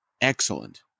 excellent